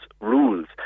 rules